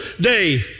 day